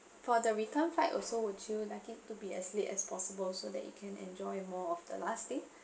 for the return flight also would you like it to be as late as possible so that you can enjoy more of the last day